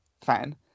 fan